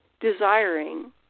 desiring